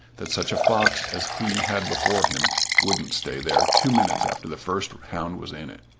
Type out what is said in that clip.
that such a fox as he had before him wouldn't stay there two minutes after the first hound was in it,